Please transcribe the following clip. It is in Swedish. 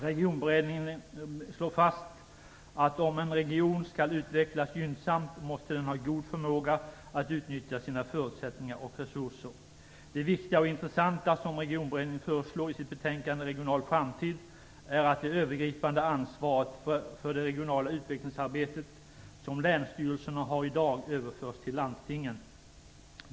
Regionberedningen slår fast att om en region skall utvecklas gynnsamt måste den ha god förmåga att utnyttja sina förutsättningar och resurser. Det viktiga och intressanta som Regionberedningen föreslår i sitt betänkande "Regional framtid" är att det övergripande ansvaret för det regionala utvecklingsarbetet, som länsstyrelserna har i dag, överförs till landstingen.